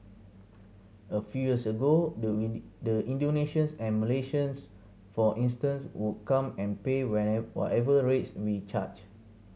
a few years ago the the Indonesians and Malaysians for instance would come and pay whatever rates we charged